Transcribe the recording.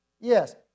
Yes